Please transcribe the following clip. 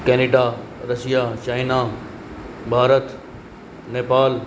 Canada Russia China Bharat Nepal